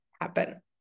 happen